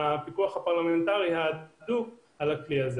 והפיקוח ההדוק על הכלי הזה.